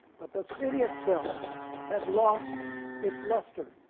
but the city itself had lost its luster.